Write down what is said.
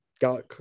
got